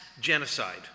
genocide